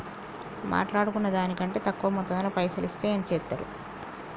మాట్లాడుకున్న దాని కంటే తక్కువ మొత్తంలో పైసలు ఇస్తే ఏం చేత్తరు?